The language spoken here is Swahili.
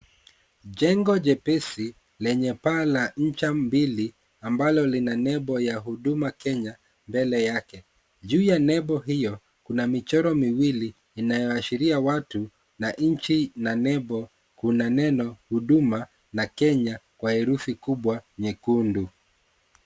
Jengo jepesi lenye paa la ncha mbili ambalo lina nembo ya huduma Kenya mbele yake. Juu ya nembo hiyo kuna michoro miwili inayoashiria watu na nchi na nembo. Kuna neno huduma na Kenya kwa herufi kubwa nyekundu.